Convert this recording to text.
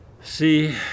see